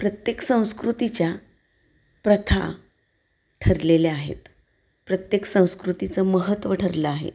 प्रत्येक संस्कृतीच्या प्रथा ठरलेल्या आहेत प्रत्येक संस्कृतीचं महत्त्व ठरलं आहे